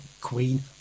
Queen